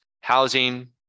Housing